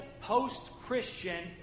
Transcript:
post-Christian